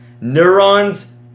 Neurons